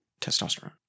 testosterone